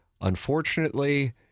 unfortunately